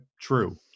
true